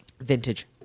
vintage